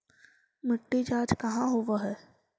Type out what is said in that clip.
मिट्टी जाँच कहाँ होव है?